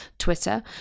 Twitter